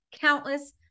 countless